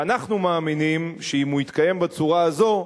ואנחנו מאמינים שאם הוא יתקיים בצורה הזאת,